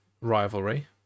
rivalry